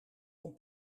van